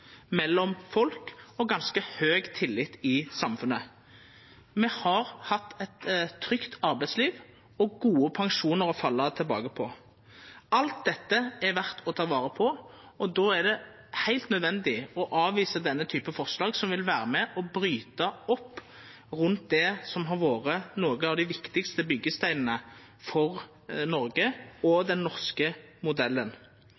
mellom folk, og ganske høg tillit i samfunnet. Me har hatt eit trygt arbeidsliv og gode pensjonar å falla tilbake på. Alt dette er verdt å ta vare på, og då er det heilt nødvendig å avvisa denne type forslag som vil vera med og bryta opp rundt det som har vore nokon av dei viktigaste byggesteinane for Noreg og den norske modellen.